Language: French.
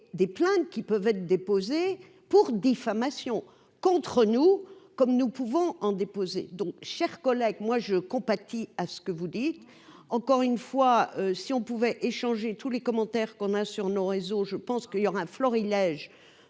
des plaintes qui peuvent être déposée pour diffamation contre nous, comme nous pouvons en déposer, donc cher collègue, moi je compatis à ce que vous dites, encore une fois, si on pouvait échanger tous les commentaires qu'on a sur nos réseaux, je pense qu'il y aura un florilège